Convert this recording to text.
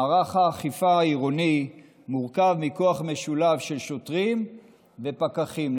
מערך האכיפה העירוני מורכב מכוח משולב של שוטרים ופקחים,